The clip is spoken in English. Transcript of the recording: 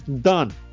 Done